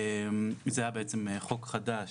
זה היה בעצם חוק חדש,